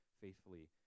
faithfully